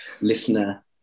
Listener